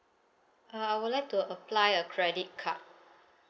uh I would like to apply a credit card